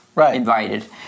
Invited